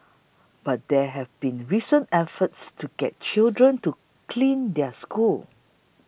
but there have been recent efforts to get children to clean their schools